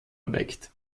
erweckt